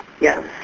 Yes